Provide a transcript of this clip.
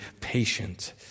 patient